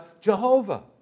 Jehovah